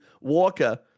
walker